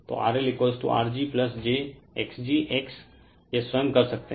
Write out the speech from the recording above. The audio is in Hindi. तो RL RgjxgX यह स्वयं कर सकते है